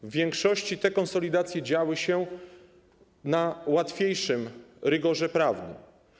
W większości te konsolidacje działy się na łatwiejszym rygorze prawnym.